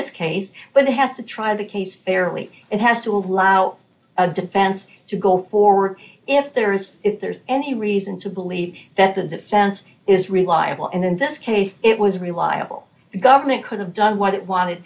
its case but they have to try the case fairly it has to allow a defense to go forward if there is if there's any reason to believe that the defense is reliable and in this case it was reliable the government could have done w